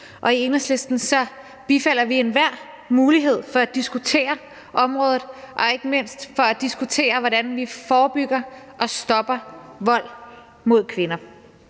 og i Enhedslisten bifalder vi enhver mulighed for at diskutere området og ikke mindst for at diskutere, hvordan vi forebygger og stopper vold mod kvinder.